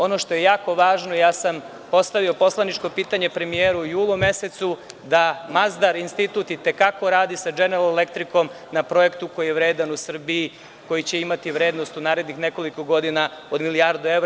Ono što je jako važno, postavio sam poslaničko pitanje premijeru, u julu mesecu, da Mazdar institut i te kako radi sa Dženeral Elektrikom na projektu koji je vredan u Srbiji, koji će imati vrednost u narednih nekoliko godina od milijardu evra.